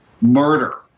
murder